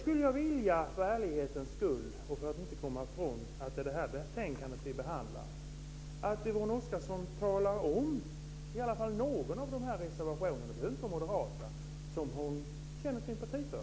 För att vi inte ska komma ifrån att det är det här betänkandet vi behandlar skulle jag vilja be Yvonne Oscarsson att nämna åtminstone någon av reservationerna - det behöver inte vara Moderaternas - som hon känner sympati för.